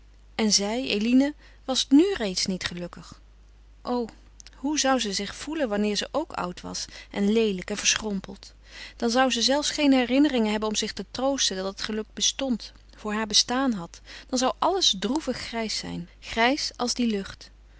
en zij eline was nu reeds niet gelukkig o hoe zou ze zich gevoelen wanneer ze ook oud was en leelijk en verschrompeld dan zou ze zelfs geen herinneringen hebben om zich te troosten dat het geluk bestond voor haar bestaan had dan zou alles droeviggrijs zijn grijs als die lucht